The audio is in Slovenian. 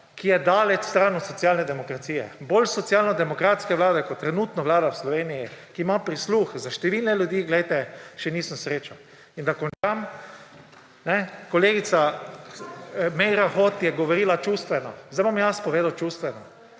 ki je daleč stran od socialne demokracije. Bolj socialnodemokratske vlade, kot trenutno vlada v Sloveniji, ki ima posluh za številne ljudi še nisem srečal. In da končam. Kolegica Meira Hot je govorila čustveno. Zdaj bom jaz povedal čustveno.